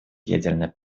ядерной